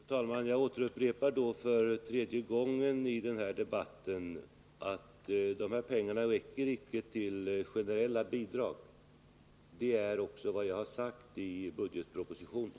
Fru talman! Jag upprepar nu för tredje gången i den här debatten att de här pengarna icke räcker till generella bidrag. Det är också vad jag har sagt i budgetpropositionen.